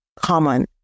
common